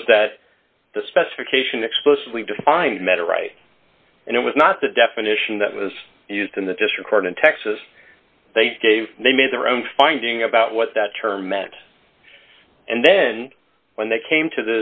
was that the specification explicitly defined matter right and it was not the definition that was used in the district court in texas they gave they made their own finding about what that term meant and then when they came to